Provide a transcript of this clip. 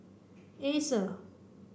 Acer